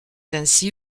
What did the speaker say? ainsi